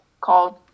called